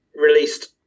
released